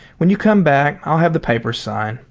when you come back, i'll have the papers signed.